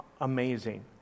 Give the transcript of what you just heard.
amazing